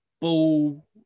Ball